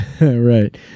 Right